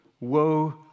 woe